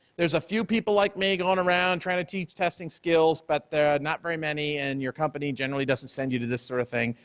there's a few people like me going around trying to teach testing skills but they are not very many and your company generally doesn't send you to this sort of thing.